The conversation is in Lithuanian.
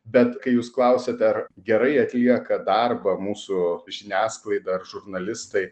bet kai jūs klausiate ar gerai atlieka darbą mūsų žiniasklaida ar žurnalistai